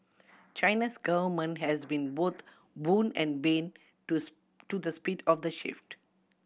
China's government has been both boon and bane to to the speed of the shift